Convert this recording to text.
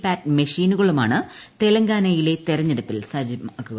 പാറ്റ് മെഷീനുകളുമാണ് തെലങ്കാനയിലെ തെരഞ്ഞെടുപ്പിൽ സജ്ജമാക്കുക